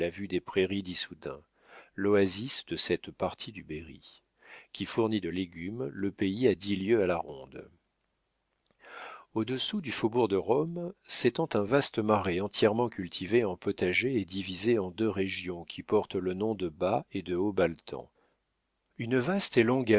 la vue des prairies d'issoudun l'oasis de cette partie du berry qui fournit de légumes le pays à dix lieues à la ronde au-dessous du faubourg de rome s'étend un vaste marais entièrement cultivé en potagers et divisé en deux régions qui portent le nom de bas et de haut baltan une vaste